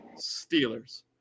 Steelers